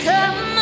Come